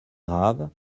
graves